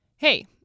Hey